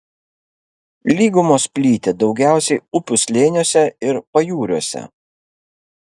lygumos plyti daugiausiai upių slėniuose ir pajūriuose